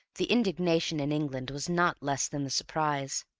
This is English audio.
the indignation in england was not less than the surprise,